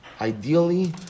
ideally